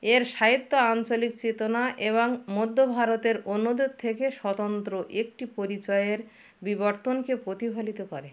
এর সাহিত্য আঞ্চলিক চেতনা এবং মধ্য ভারতের অন্যদের থেকে স্বতন্ত্র একটি পরিচয়ের বিবর্তনকে প্রতিফলিত করে